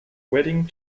wedding